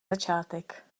začátek